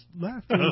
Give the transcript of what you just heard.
left